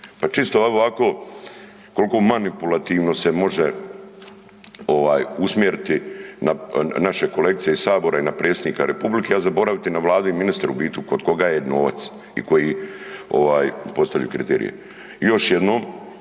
pa čisto evo ovako koliko se manipulativno može usmjeriti na naše kolegice iz sabora i na predsjednika republike, a zaboraviti na Vladu i ministre u biti kod koga je novac i koji ovaj postavljaju kriterije.